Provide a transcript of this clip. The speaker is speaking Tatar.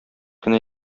кенә